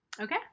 Okay